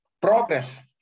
progress